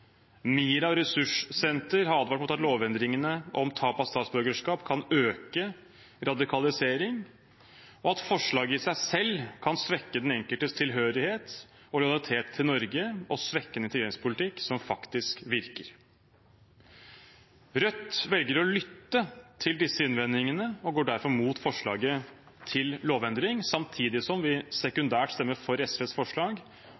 MiRA Ressurssenter har advart om at lovendringene om tap av statsborgerskap kan øke radikalisering, og at forslaget i seg selv kan svekke den enkeltes tilhørighet og lojalitet til Norge og svekke en integreringspolitikk som faktisk virker. Rødt velger å lytte til disse innvendingene og går derfor mot forslaget til lovendring samtidig som vi sekundært stemmer for SVs forslag